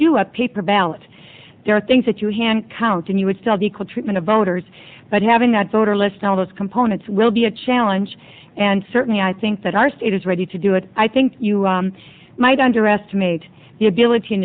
do a paper ballot there are things that you hand count and you would still be called treatment of voters but having that voter list all those components will be a challenge and certainly i think that our state is ready to do it i think you might underestimate the ability